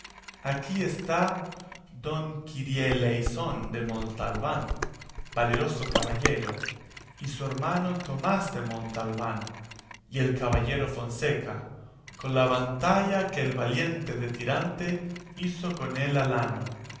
aquí está don quirieleisón de montalbán valeroso caballero y su hermano tomás de montalbán y el caballero fonseca con la batalla que el valiente de tirante hizo con el alano